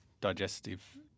digestive